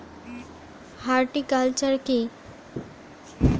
Horticulture কি?